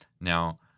Now